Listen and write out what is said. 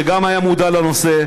שגם היה מודע לנושא,